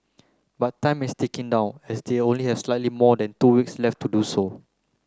but time is ticking down as they only have slightly more than two weeks left to do so